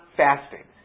fasting